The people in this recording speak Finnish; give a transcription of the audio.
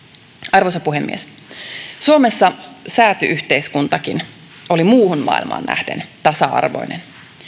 arvoisa puhemies suomessa sääty yhteiskuntakin oli muuhun maailmaan nähden tasa arvoinen